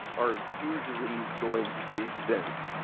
are usually going to be exempt.